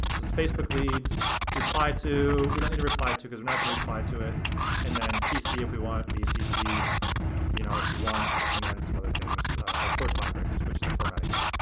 it's facebook leads reply to, we don't need to reply to because we're not gonna reply to it and then cc if we want, bcc you know if you want and then some other things like force line breaks which is a formatting thing.